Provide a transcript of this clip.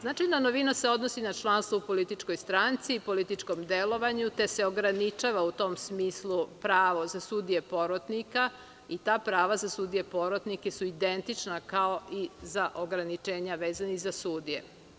Značajna novina se odnosi na član 100. u političkoj stranci, političkom delovanju, te se ograničava u tom smislu pravo za sudiju porotnika i ta prava za sudije porotnike su identična, kao i za ograničenja vezana za sudije.